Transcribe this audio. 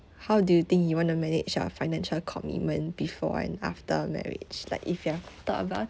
how do you think you want to manage our financial commitment before and after marriage like if you're talk about